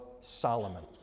Solomon